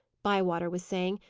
bywater was saying.